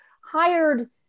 hired